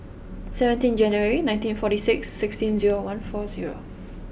seventeen January nineteen forty six sixteen zero one four zero